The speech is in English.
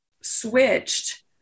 switched